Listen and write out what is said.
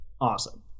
Awesome